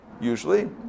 usually